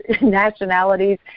nationalities